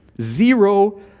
Zero